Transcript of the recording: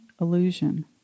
illusion